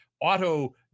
auto